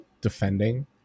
defending